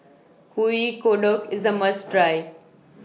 Kuih Kodok IS A must Try